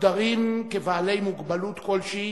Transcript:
מוגדרים כבעלי מוגבלות כלשהי,